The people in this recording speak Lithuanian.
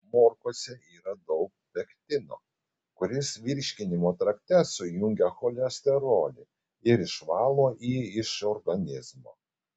morkose yra daug pektino kuris virškinimo trakte sujungia cholesterolį ir išvalo jį iš organizmo